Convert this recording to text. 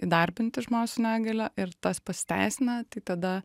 įdarbinti žmogų su negalia ir tas pasiteisina tai tada